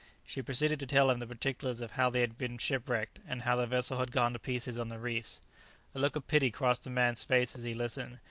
she proceeded to tell him the particulars of how they had been shipwrecked, and how the vessel had gone to pieces on the reefs. a look of pity crossed the man's face as he listened,